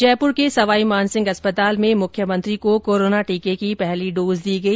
जयपुर के एसएमएस अस्पताल में मुख्यमंत्री को कोरोना टीके की पहली डोज दी गई